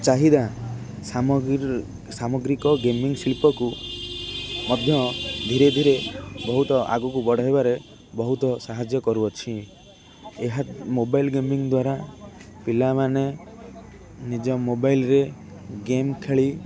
ଚାହିଦା ସାମଗ୍ରିକ ଗେମିଂ ଶିଳ୍ପକୁ ମଧ୍ୟ ଧୀରେ ଧୀରେ ବହୁତ ଆଗକୁ ବଢ଼ାଇବାରେ ବହୁତ ସାହାଯ୍ୟ କରୁଅଛି ଏହା ମୋବାଇଲ୍ ଗେମିଂ ଦ୍ୱାରା ପିଲାମାନେ ନିଜ ମୋବାଇଲ୍ରେ ଗେମ୍ ଖେଳି